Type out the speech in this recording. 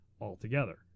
altogether